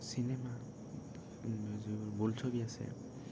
cinema যিবোৰ বোলছবি আছে